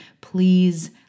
Please